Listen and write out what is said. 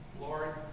Lord